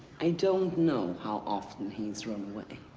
i don't know how often he's run away,